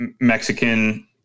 Mexican